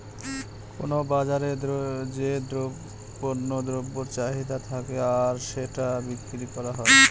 কোনো বাজারে যে পণ্য দ্রব্যের চাহিদা থাকে আর সেটা বিক্রি করা হয়